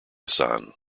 san